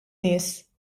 nies